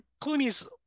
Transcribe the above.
Clooney's